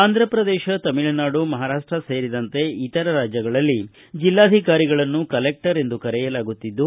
ಆಂಧಿ ಪ್ರದೇಶ ತಮಿಳುನಾಡು ಮಹಾರಾಷ್ಷ ಸೇರಿದಂತೆ ಇತರ ರಾಜ್ಯಗಳಲ್ಲಿ ಜಿಲ್ಲಾಧಿಕಾರಿಗಳನ್ನು ಕಲೆಕ್ಟರ್ ಎಂದು ಕರೆಯಲಾಗುತ್ತಿದ್ದು